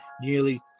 nearly